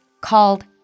called